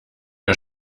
ihr